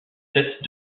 tête